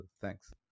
thanks